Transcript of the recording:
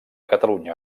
catalunya